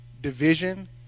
division